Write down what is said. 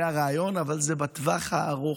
זה הרעיון, אבל זה בטווח הארוך.